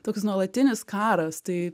toks nuolatinis karas tai